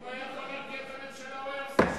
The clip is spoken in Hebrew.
אם הוא היה יכול להרגיע את הממשלה הוא היה עושה שלום.